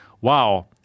wow